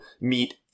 meet